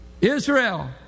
Israel